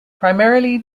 primarily